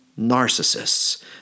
narcissists